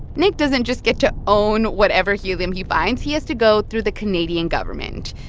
nick doesn't just get to own whatever helium he finds. he has to go through the canadian government.